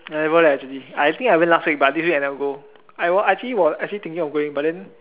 never actually I actually went last week but this week I never go actually I was thinking of going but then